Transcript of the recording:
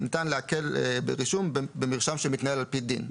ניתן את המשפט: "ועיקול ברישום במרשם המתנהל על פי דין".